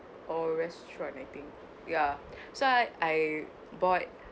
or restaurant I think ya so I I bought